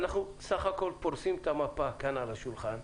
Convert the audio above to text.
אנחנו סך הכול פורסים את המפה כאן על השולחן.